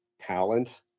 talent